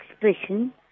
expression